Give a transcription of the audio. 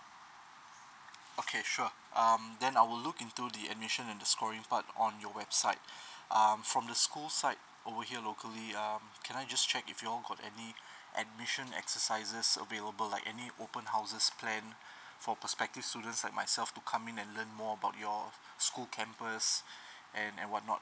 okay sure um then I will look into the admission and the scoring part on your website um from the school side over here locally um can I just check if you all got any admission exercises available like any open houses plan for perspective students like myself to come in and learn more about your school campus and and what not